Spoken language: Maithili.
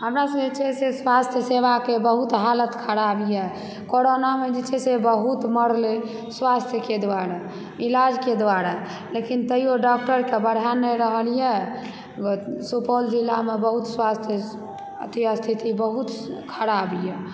हमरा सबके छै से स्वास्थ्य सेवाके बहुत हालत खराब यऽ कोरोनामे जे छै से बहुत मरलै स्वास्थ्यके द्वारा इलाजके द्वारा लेकिन तैयो डॉक्टरके बढ़ा नहि रहल यऽ सुपौल जिलामे बहुत स्वास्थ्य अथी स्थिति बहुत खराब यऽ